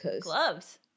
Gloves